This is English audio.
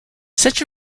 such